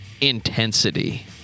intensity